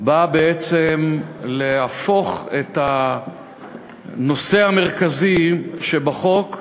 באה בעצם להפוך את הנושא המרכזי שבחוק.